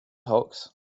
talks